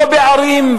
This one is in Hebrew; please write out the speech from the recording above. לא בערים,